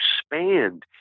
expand